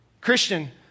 Christian